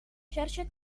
xarxa